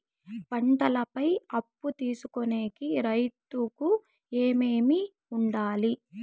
పంటల పై అప్పు తీసుకొనేకి రైతుకు ఏమేమి వుండాలి?